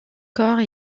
corps